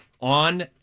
on